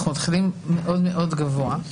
אנחנו מתחילים מאוד גבוה.